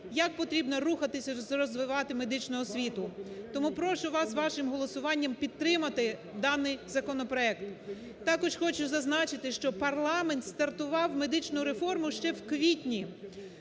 як потрібно рухатися і розвивати медичну освіту. Тому прошу вас вашим голосуванням підтримати даний законопроект. Також хочу зазначити, що парламент стартував медичну реформу ще в квітні.